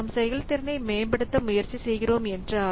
நாம் செயல்திறனை மேம்படுத்த முயற்சிக்கிறோம் என்றால்